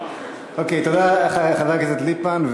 אוקיי, תודה, חבר הכנסת ליפמן.